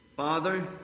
Father